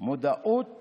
המודעות